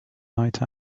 night